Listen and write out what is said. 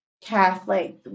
Catholic